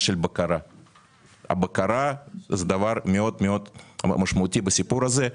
שהבקרה זה דבר מאוד משמעותי בסיפור הזה.